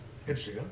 Interesting